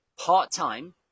Part-time